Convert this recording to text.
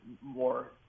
more